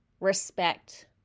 respect